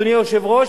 אדוני היושב-ראש,